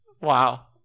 Wow